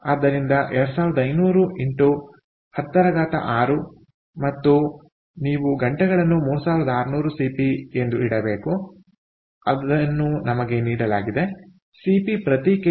ಆದ್ದರಿಂದ 2500x106 ಮತ್ತು ನೀವು ಗಂಟೆಗಳನ್ನು 3600 Cp ಎಂದು ಇಡಬೇಕು ಇದನ್ನು ನಮಗೆ ನೀಡಲಾಗಿದೆ ಸಿಪಿ ಪ್ರತಿ ಕೆಜಿ ಕೆಲ್ವಿನ್ಗೆ 1